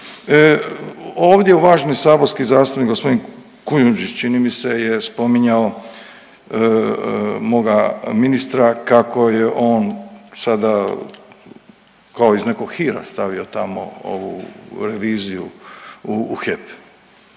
Ovdje uvaženi saborski zastupnik g. Kujundžić čini mi se je spominjao moga ministra kako je on sada kao iz nekog hira stavio tamo ovu reviziju u HEP.